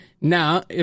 now